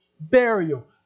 burial